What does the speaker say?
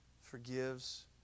forgives